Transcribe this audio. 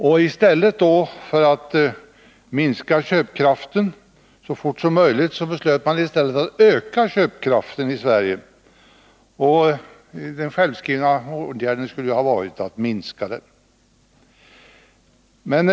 I stället för att så fort som möjligt minska köpkraften, vilket skulle ha varit den självskrivna åtgärden, beslöt regeringen därför att öka köpkraften i Sverige.